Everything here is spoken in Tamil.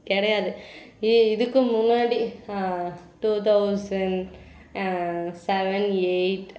கிடையாது இ இதுக்கும் முன்னாடி டூ தௌசண்ட் செவன் எயிட்